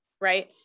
Right